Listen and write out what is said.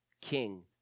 King